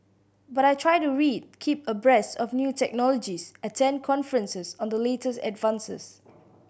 but I try to read keep abreast of new technologies attend conferences on the latest advances